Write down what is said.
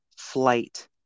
flight